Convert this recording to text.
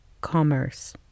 commerce